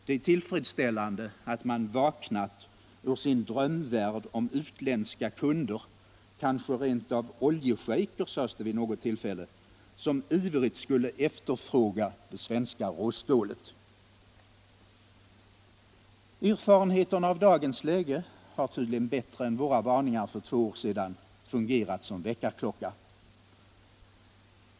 Det är tillfredsställande att man vaknat ur sin drömvärld om utländska kunder — kanske rent av oljeschejker sades det visst vid något tillfälle — som ivrigt skulle efterfråga det svenska råstålet. Erfarenheterna av dagens läge har tydligen bättre än våra varningar för två år sedan fungerat som väckarklocka.